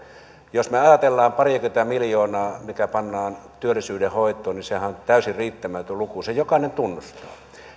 jos ajatellaan pariakymmentä miljoonaa mikä pannaan työllisyydenhoitoon niin sehän on täysin riittämätön luku sen jokainen tunnustaa